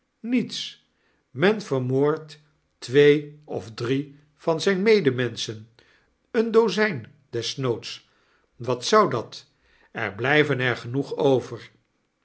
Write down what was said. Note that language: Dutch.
niets men vermoordt twee of drie van zyne medemenschen een dozijn desnoods wat zou dat er blyven er genoeg over